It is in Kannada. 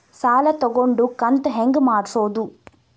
ಸಾಲ ತಗೊಂಡು ಕಂತ ಹೆಂಗ್ ಮಾಡ್ಸೋದು?